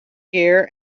gear